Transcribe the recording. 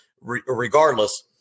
regardless